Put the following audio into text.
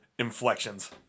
Inflections